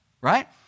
Right